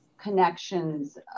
connections